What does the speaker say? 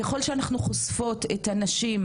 ככל שאנחנו חושפות את הנשים,